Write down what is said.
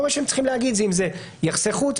כל מה שהם צריכים להגיד זה אם זה יחסי חוץ,